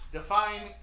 Define